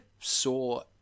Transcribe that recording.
saw